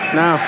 no